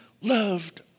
loved